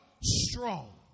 Strong